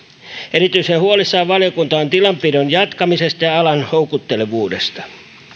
erityisen huolissaan valiokunta on tilanpidon jatkamisesta ja ja alan houkuttelevuudesta